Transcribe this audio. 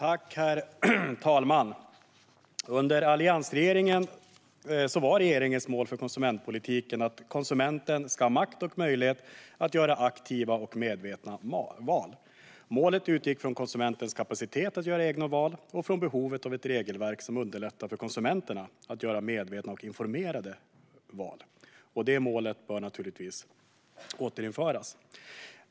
Herr talman! Under alliansregeringen var regeringens mål för konsumentpolitiken att konsumenten skulle ha makt och möjlighet att göra aktiva och medvetna val. Målet utgick från konsumentens kapacitet att göra egna val och från behovet av ett regelverk som underlättar för konsumenterna att göra medvetna och informerade val. Det målet bör naturligtvis återinföras.